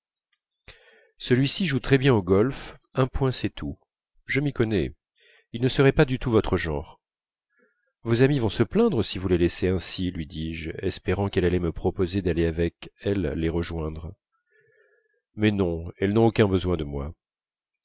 celui-ci joue très bien au golf un point c'est tout je m'y connais il ne serait pas du tout votre genre vos amies vont se plaindre si vous les laissez ainsi lui dis-je espérant qu'elle allait me proposer d'aller avec elle les rejoindre mais non elles n'ont aucun besoin de moi